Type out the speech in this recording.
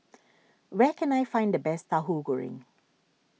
where can I find the best Tauhu Goreng